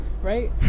Right